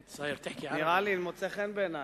זה מוצא חן בעיני.